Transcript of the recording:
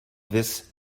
this